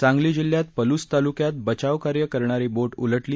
सांगली जिल्ह्यात पलूस ताल्क्यात बचाव कार्य करणारी बोट उलटली